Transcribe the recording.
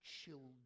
children